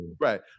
Right